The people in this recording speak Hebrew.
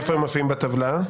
איפה הם מופיעים בטבלה?